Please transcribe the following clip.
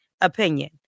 opinion